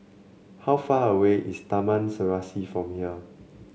how far away is Taman Serasi from here